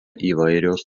įvairios